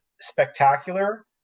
spectacular